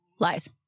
lies